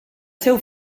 seu